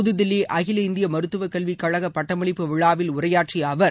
புதுதில்லி அகில இந்திய மருத்துவ கல்விக் கழக பட்டமளிப்பு விழாவில் உரையாற்றிய அவர்